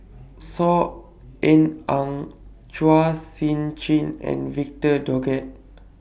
Saw Ean Ang Chua Sian Chin and Victor Doggett